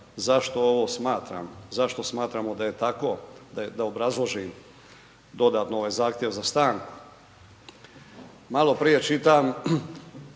Zašto ovo smatram zašto smatramo da je tako, da obrazložim dodatno ovaj zahtjev za stanku. Maloprije čitam